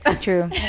true